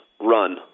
run